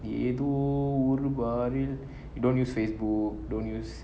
ஏதோ ஒரு பாரில்:yetho oru baaril you don't use facebook you don't use